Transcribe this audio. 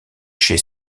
chez